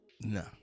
No